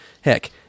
Heck